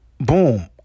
Boom